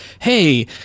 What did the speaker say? hey